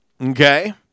Okay